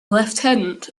lieutenant